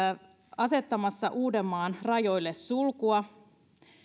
asettamassa uudenmaan rajoille sulkua